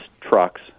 trucks